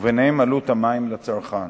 ובהם עלות המים לצרכן.